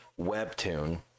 Webtoon